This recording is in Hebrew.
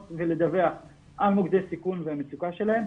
ולדווח על מוקדי סיכון והמצוקה שלהם,